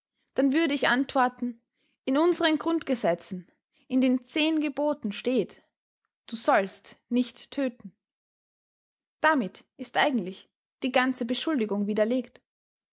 dann würde ich antworten in unseren grundgesetzen in den zehn geboten steht du sollst nicht töten damit ist eigentlich die ganze beschuldigung widerlegt